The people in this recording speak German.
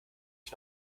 ich